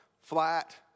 flat